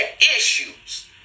issues